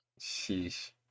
sheesh